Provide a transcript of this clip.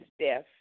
Steph